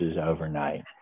overnight